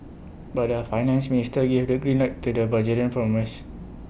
but their finance ministers gave the green light to the Bulgarian promise